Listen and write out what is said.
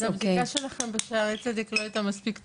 המחלקה שלכם בשערי צדק לא הייתה מספיק טובה.